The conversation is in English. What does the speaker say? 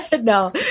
no